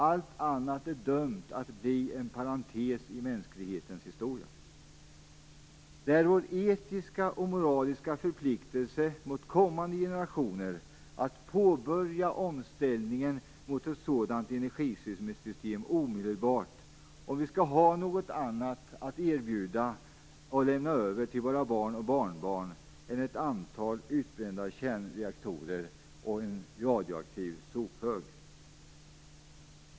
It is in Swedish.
Allt annat är dömt att bli en parentes i mänsklighetens historia. Det är vår etiska och moraliska förpliktelse mot kommande generationer att påbörja omställningen mot ett sådant energisystem omedelbart om vi skall ha något annat att erbjuda och lämna över till våra barn och barnbarn än ett antal utbrända kärnreaktorer och en radioaktiv sophög.